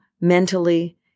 mentally